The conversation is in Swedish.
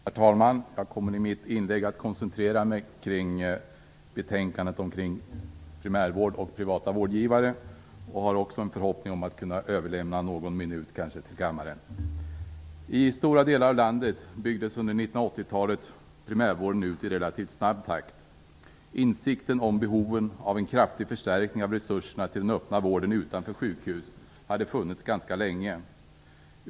Herr talman! Jag kommer i mitt inlägg att koncentrera mig kring betänkandet om primärvård och privata vårdgivare. Jag har också en förhoppning om att kunna överlämna någon minut till kammaren. I stora delar av landet byggdes under 1980-talet primärvården ut i relativt snabb takt. Insikten om behoven av en kraftig förstärkning av resurserna till den öppna vården utanför sjukhus hade funnits ganska länge.